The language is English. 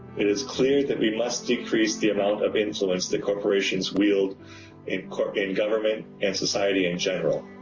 it is clear that we must decrease the amount of influence that corporations wield in in government and society in general.